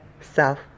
self